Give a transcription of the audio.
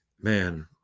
man